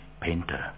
painter